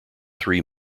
three